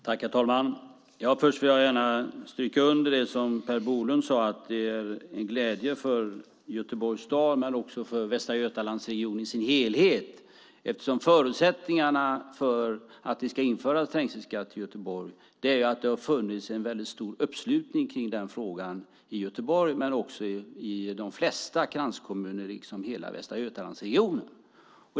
Herr talman! Jag vill gärna stryka under det som Per Bolund sade; detta är en glädje för Göteborgs stad men också för Västra Götalandsregionen i sin helhet. Förutsättningen för att vi ska införa trängselskatt i Göteborg är att det har funnits en stor uppslutning kring frågan i Göteborg men också i de flesta kranskommuner liksom i hela Västra Götalandsregionen.